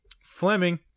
Fleming